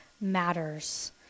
matters